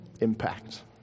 impact